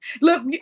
Look